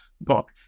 book